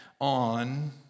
on